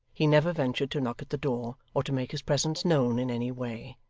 he never ventured to knock at the door or to make his presence known in any way.